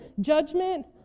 judgment